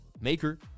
Maker